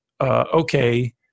okay